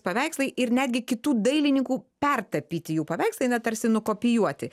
paveikslai ir netgi kitų dailininkų pertapyti jų paveikslai na tarsi nukopijuoti